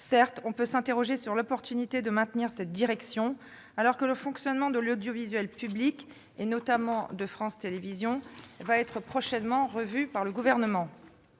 Certes, on peut s'interroger sur l'opportunité de maintenir cette trajectoire, alors que le fonctionnement de l'audiovisuel public, notamment de France Télévisions, sera prochainement revu par le Gouvernement.